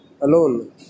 alone